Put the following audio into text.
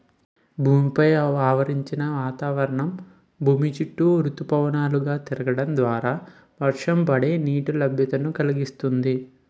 భూమి పైన ఆవరించిన వాతావరణం భూమి చుట్టూ ఋతుపవనాలు గా తిరగడం ద్వారా వర్షాలు పడి, నీటి లభ్యతను కలిగిస్తుంది